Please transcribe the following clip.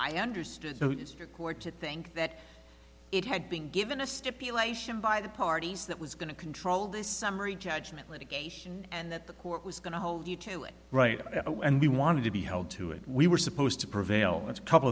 understood to think that it had been given a stipulation by the parties that was going to control this summary judgment litigation and that the court was going to hold you to it and we wanted to be held to it we were supposed to prevail that's a couple